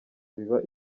biba